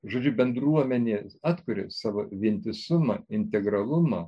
žodžiu bendruomenė atkuria savo vientisumą integralumą